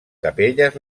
capelles